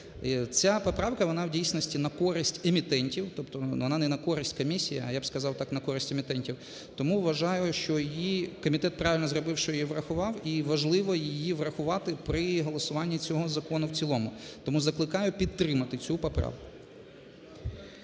Ця поправка вона в дійсності на користь емітентів, тобто вона не на користь комісії, а я б сказав так, на користь емітентів. Тому вважаю, що її комітет правильно зробив, що її врахував, і важливо її врахувати при голосуванні цього закону в цілому. Тому закликаю підтримати цю поправку.